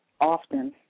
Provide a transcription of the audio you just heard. often